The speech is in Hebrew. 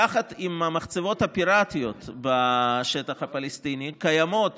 יחד עם המחצבות הפיראטיות בשטח הפלסטיני קיימות